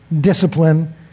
discipline